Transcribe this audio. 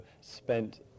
spent